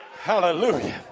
hallelujah